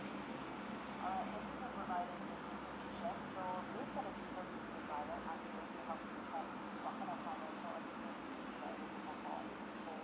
yup